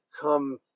come